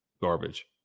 garbage